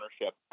ownership